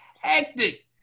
hectic